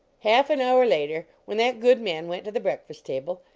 half an hour later, when that good man went to the breakfast table,